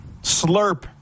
slurp